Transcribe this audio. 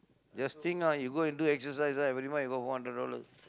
just think ah you go and do exercise right every month you got four hundred dollar